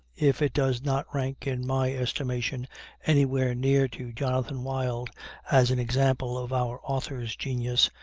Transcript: if it does not rank in my estimation anywhere near to jonathan wild as an example of our author's genius,